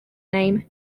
name